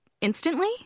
instantly